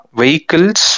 vehicles